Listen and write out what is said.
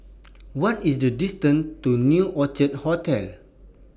What IS The distance to New Orchid Hotel